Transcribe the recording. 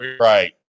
Right